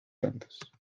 tontos